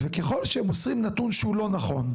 וככל שהם מוסרים נתון שהוא לא נכון,